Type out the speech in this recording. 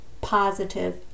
positive